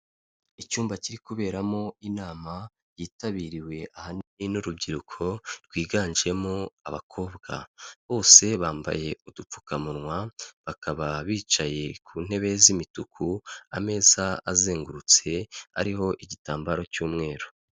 Icyumba kiri kuberamo inama yitabiriwe ahanini n'urubyiruko rwiganjemo abakobwa. Bose bambaye udupfukamunwa, bakaba bicaye ku ntebe z'imituku, ameza azengurutse, ariho igitambaro cy'umweru.